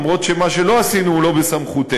למרות שמה שלא עשינו הוא לא בסמכותנו.